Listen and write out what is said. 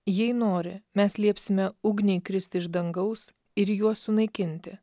jei nori mes liepsime ugniai kristi iš dangaus ir juos sunaikinti